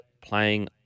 playing